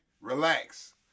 Relax